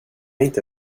inte